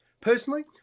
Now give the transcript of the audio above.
personally